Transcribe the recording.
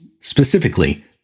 Specifically